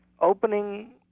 opening